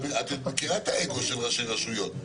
את מכירה את האגו של ראשי רשויות.